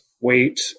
wait